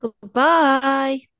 Goodbye